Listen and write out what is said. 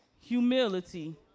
humility